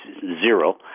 zero